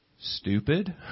Stupid